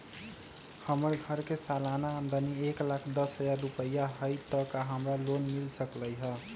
हमर घर के सालाना आमदनी एक लाख दस हजार रुपैया हाई त का हमरा लोन मिल सकलई ह?